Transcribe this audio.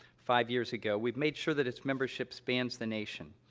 five years ago, we've made sure that its membership spans the nation.